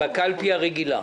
בקלפי הרגילה?